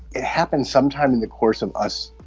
it happened sometime in the course of us